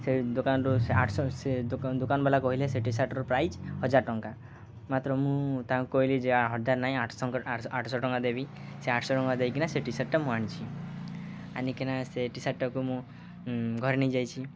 ସେ ଦୋକାନରୁ ସେ ଆଠଶ ଦୋକାନବାଲା କହିଲେ ସେ ଟିସାର୍ଟରୁ ପ୍ରାଇସ୍ ହଜାର ଟଙ୍କା ମାତ୍ର ମୁଁ ତାଙ୍କୁ କହିଲି ଯେ ହଦାର ନହିଁ ଆଠ ଆଠଶହ ଟଙ୍କା ଦେବି ସେ ଆଠଶହ ଟଙ୍କା ଦେଇକିନା ସେ ଟି ସାର୍ଟଟା ମୁଁ ଆଣିଛି ଆଣିକିନା ସେ ଟି ସାର୍ଟଟାକୁ ମୁଁ ଘରେ ନେଇ ଯାଇଛି